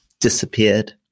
disappeared